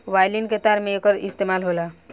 violin के तार में एकर इस्तेमाल होला